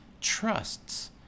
trusts